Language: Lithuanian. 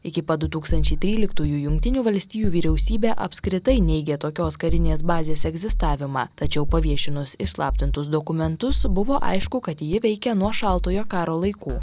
iki pat du tūkstančiai tryliktųjų jungtinių valstijų vyriausybė apskritai neigia tokios karinės bazės egzistavimą tačiau paviešinus įslaptintus dokumentus buvo aišku kad ji veikia nuo šaltojo karo laikų